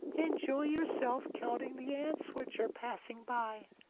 enjoy yourself counting the ants which are passing by.